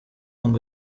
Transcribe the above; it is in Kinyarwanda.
ngo